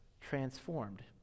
transformed